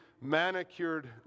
manicured